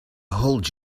hold